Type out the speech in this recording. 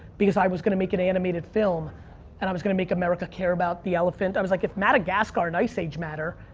because i was gonna make an animated film and i was gonna make america care about the elephant. i was like, if madagascar and ice age matter,